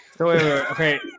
Okay